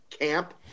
camp